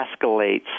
escalates